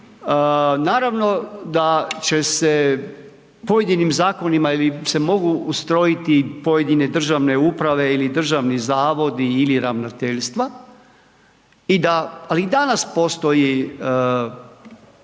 naravno da će se pojedinim zakonima ili se mogu ustrojiti pojedine državne uprave ili državni zavodi ili ravnateljstva i da, ali i danas postoji